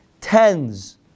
tens